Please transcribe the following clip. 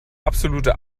absolute